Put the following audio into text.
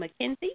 McKenzie